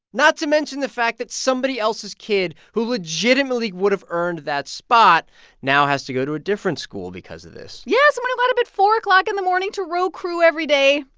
not to mention the fact that somebody else's kid who legitimately would have earned that spot now has to go to a different school because of this yeah. someone who got up at four o'clock in the morning to row crew every day.